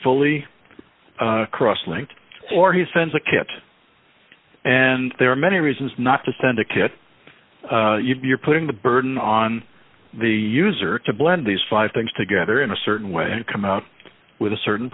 fully cross linked or he sends a kit and there are many reasons not to send a kit you're putting the burden on the user to blend these five things together in a certain way and come out with a certain